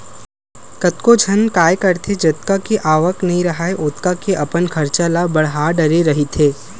कतको झन काय करथे जतका के आवक नइ राहय ओतका के अपन खरचा ल बड़हा डरे रहिथे